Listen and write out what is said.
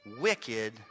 wicked